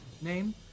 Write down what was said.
name